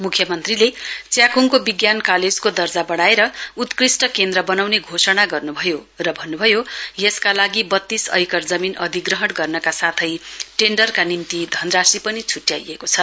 मुख्यमन्त्रीले च्याखुङको विज्ञान कालेजको दर्जा बढ़ाएर उत्कृष्ट केन्द्र वनाउने घोषणा गर्नभयो र भन्नभयो यसका लागि वत्तीस ऐकर जमीन अधिग्रहण गर्नका साथै टेन्डरका निम्ति धनराशि पनि छुट्याइएको छ